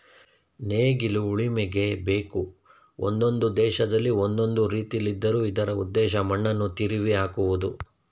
ನೇಗಿಲು ಉಳುಮೆಗೆ ಬೇಕು ಒಂದೊಂದು ದೇಶದಲ್ಲಿ ಒಂದೊಂದು ರೀತಿಲಿದ್ದರೂ ಇದರ ಉದ್ದೇಶ ಮಣ್ಣನ್ನು ತಿರುವಿಹಾಕುವುದು